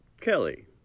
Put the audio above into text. Kelly